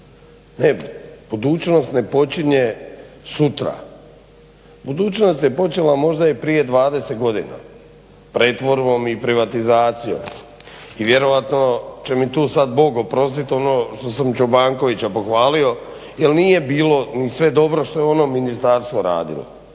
Ne, budućnost ne počinje sutra, budućnost je počela možda i prije 20 godina pretvorbom i privatizacijom i vjerojatno će mi tu sada Bog oprostiti ono što sam Čobankovića pohvalio jer nije bilo ni sve dobro što je ono ministarstvo radilo